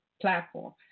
platform